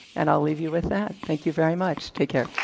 and i'll leave you with that. thank you very much. take care.